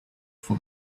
for